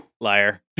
Liar